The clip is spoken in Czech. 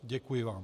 Děkuji vám.